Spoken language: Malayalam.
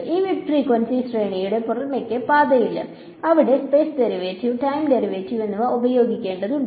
ഈ മിഡ് ഫ്രീക്വൻസി ശ്രേണിയിൽ പുറമേക്ക് പാതയില്ല ഇവിടെ സ്പേസ് ഡെറിവേറ്റീവ് ടൈം ഡെറിവേറ്റീവ് എന്നിവ ഉപയോഗിക്കേണ്ടതുണ്ട്